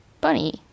bunny